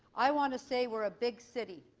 i want to say we are a big city.